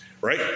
right